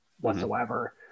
whatsoever